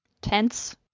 Tense